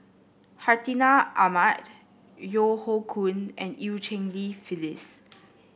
Hartinah Ahmad Yeo Hoe Koon and Eu Cheng Li Phyllis